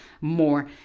more